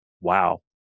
wow